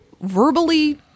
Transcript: Verbally